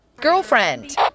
Girlfriend